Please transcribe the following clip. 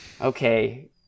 Okay